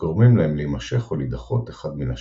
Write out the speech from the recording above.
וגורמים להם להימשך או להידחות אחד מן השני.